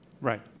Right